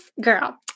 girl